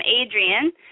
Adrian